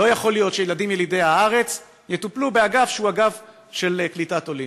לא יכול להיות שילדים ילידי הארץ יטופלו באגף שהוא אגף לקליטת עולים.